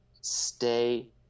stay